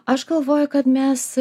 aš galvoju kad mes